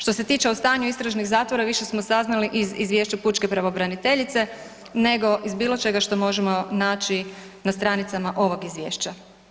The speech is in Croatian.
Što se tiče o stanju istražnih zatvora više smo saznali iz izvješća pučke pravobraniteljice nego iz bilo čega što možemo naći na stranicama ovog izvješća.